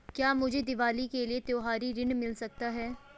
क्या मुझे दीवाली के लिए त्यौहारी ऋण मिल सकता है?